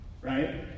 right